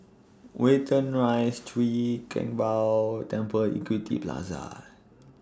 Watten Rise Chwee Kang Beo Temple Equity Plaza